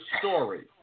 story